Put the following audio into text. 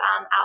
out